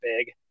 big